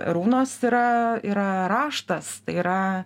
runos yra yra raštas tai yra